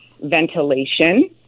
ventilation